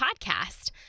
podcast